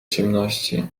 ciemności